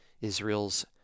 Israel's